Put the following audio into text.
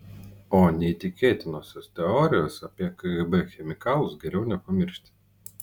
o neįtikėtinosios teorijos apie kgb chemikalus geriau nepamiršti